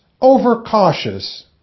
overcautious